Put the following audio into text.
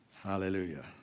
Hallelujah